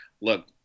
look